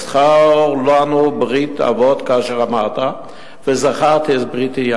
"זכור לנו ברית אבות כאשר אמרת וזכרתי את בריתי עם